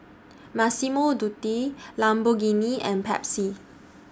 Massimo Dutti Lamborghini and Pepsi